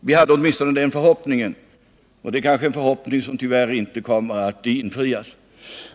Vi hade åtminstone den förhoppningen, en förhoppning som kanske inte kommer att infrias.